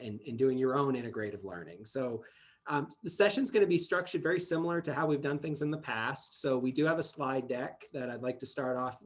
and and doing your own integrative learning. so the session is going to be structured very similar to how we've done things in the past. so we do have a slide deck that i'd like to start off,